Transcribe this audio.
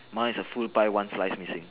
my is a full pie one slice missing